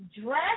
Dress